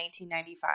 1995